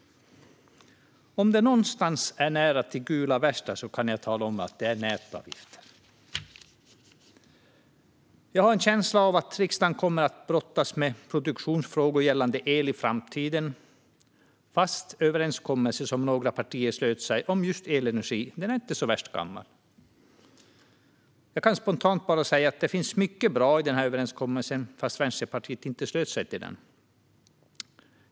Om det någonstans är nära till gula västar kan jag tala om att det är när det gäller just nätavgifter. Jag har en känsla av att riksdagen kommer att få brottas med produktionsfrågor gällande el i framtiden, fastän den överenskommelse som några partier slöt om elenergi inte är så värst gammal. Jag kan spontant säga att det finns mycket bra i överenskommelsen även om Vänsterpartiet inte anslöt sig till den.